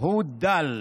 הוא דל